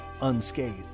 unscathed